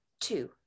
two